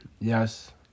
yes